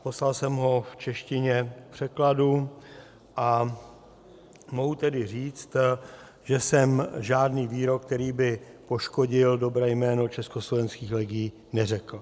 Poslal jsem ho v češtině k překladu, a mohu tedy říct, že jsem žádný výrok, který by poškodil dobré jméno československých legií, neřekl.